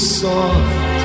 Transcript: soft